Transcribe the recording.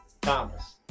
Thomas